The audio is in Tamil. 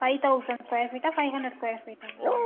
ஃபைவ் தௌசண்ட் ஸ்கொயர் ஃபீட்டா ஃபைவ் ஹன்ரெட் ஸ்கொயர் ஃபீட்டா